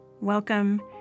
Welcome